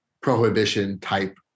prohibition-type